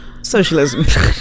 Socialism